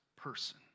person